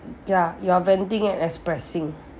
ya you're venting it expressing